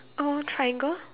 uh triangle